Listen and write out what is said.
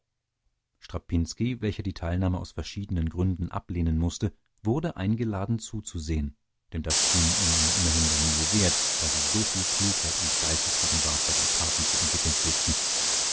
strapinski welcher die teilnahme aus verschiedenen gründen ablehnen mußte wurde eingeladen zuzusehen denn das schien ihnen immerhin der mühe wert da sie so viel klugheit und geistesgegenwart bei den karten zu entwickeln pflegten